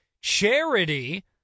charity